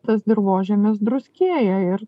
tas dirvožemis druskėja ir